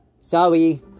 sorry